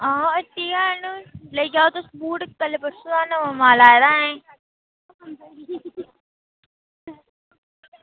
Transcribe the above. आं हट्टी हैन बूट तुस लेई जाओ कल्ल परसों दा नमां माल आए दा ऐहीं